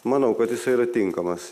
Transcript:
manau kad jisai yra tinkamas